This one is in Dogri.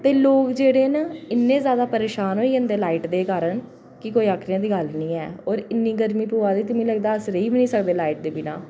ते लोक जेह्ड़े न इन्ने जादै परेशान होई जंदे लाईट दे कारण की कोई आखने आह्ली गल्ल नेईं ऐ होर इन्नी गर्मी प'वा दी के मिगी लगदा के अस रेही बी नेईं सकदे लाईट दे बिना